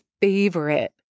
favorite